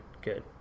good